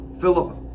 Philip